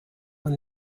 when